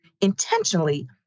intentionally